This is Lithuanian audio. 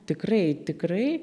tikrai tikrai